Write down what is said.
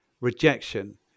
rejection